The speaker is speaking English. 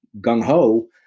gung-ho